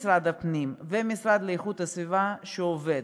של משרד הפנים והמשרד להגנת הסביבה, שעובד.